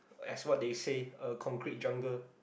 as what they say a concrete jungle